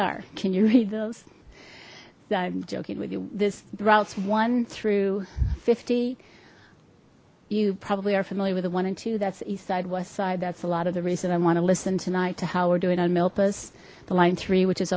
are can you read those that i'm joking with you this routes one through fifty you probably are familiar with one and two that's east side west side that's a lot of the reason i want to listen tonight to how we're doing on memphis the line three which is